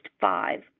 five